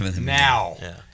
now